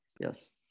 Yes